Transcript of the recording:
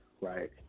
right